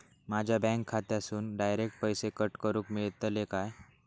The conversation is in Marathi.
माझ्या बँक खात्यासून डायरेक्ट पैसे कट करूक मेलतले काय?